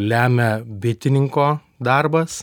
lemia bitininko darbas